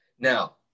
Now